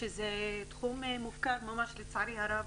שזה תחום מופקר ממש לצערי הרב,